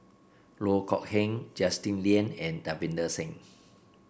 Loh Kok Heng Justin Lean and Davinder Singh